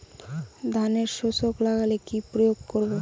ধানের শোষক লাগলে কি প্রয়োগ করব?